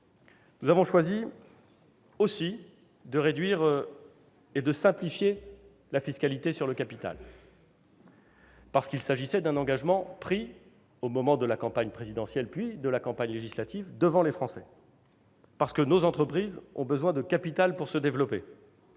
Nous avons choisi aussi de réduire et de simplifier la fiscalité sur le capital. Parce qu'il s'agissait d'un engagement pris au moment de la campagne présidentielle puis de la campagne législative devant les Français. Parce que nos entreprises ont besoin de capital pour se développer.